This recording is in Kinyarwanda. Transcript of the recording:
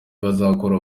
bazakora